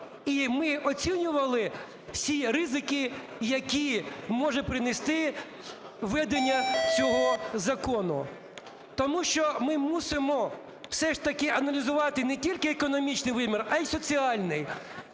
і ми оцінювали всі ризики, які може принести введення цього закону? Тому що ми мусимо все ж таки аналізувати не тільки економічний вимір, а й соціальний.